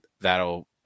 that'll